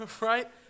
Right